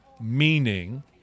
meaning